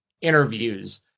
interviews